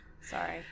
Sorry